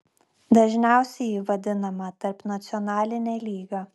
dažniausiai ji vadinama tarpnacionaline lyga